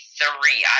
three